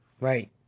right